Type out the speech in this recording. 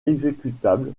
exécutable